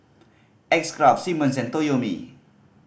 X Craft Simmons and Toyomi